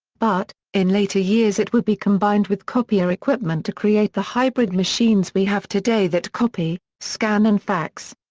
but, in later years it would be combined with copier equipment to create the hybrid machines we have today that copy, scan and fax.